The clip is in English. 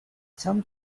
some